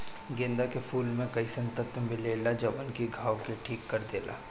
गेंदा के फूल में अइसन तत्व मिलेला जवन की घाव के ठीक कर देला